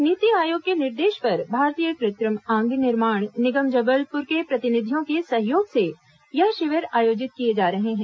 नीति आयोग के निर्देश पर भारतीय कृत्रिम अंग निर्माण निगम जबलपुर के प्रतिनिधियों के सहयोग से यह शिविर आयोजित किए जा रहे हैं